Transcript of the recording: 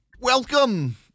Welcome